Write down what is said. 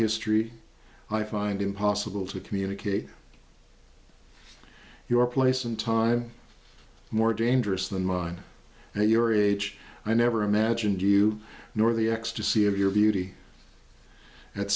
history i find impossible to communicate your place and time more dangerous than mine and your age i never imagined you nor the ecstasy of your beauty at